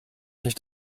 nicht